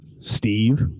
Steve